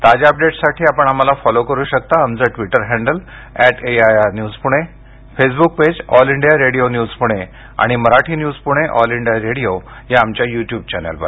ताज्या अपडेट्ससाठी आपण आम्हाला फॉलो करु शकता आमचं Twitter handle at AIR news Pune Facebook page all India radio news Pune आणि Marathi news Pune all India radio या आमच्या युट्युब चॅनेलवर